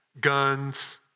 guns